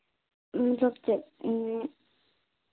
ᱢᱚᱛᱞᱚᱵ ᱪᱮᱫ ᱤᱧᱟᱹᱜ